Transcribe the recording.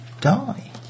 die